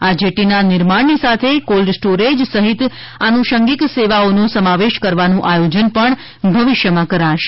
આ જેટીના નિર્માણની સાથે કોલ્ડ સ્ટોરેજ સહિત આનુષંગિક સેવાઓનો સમાવેશ કરવાનું આયોજન પણ ભવિષ્યમાં કરાશે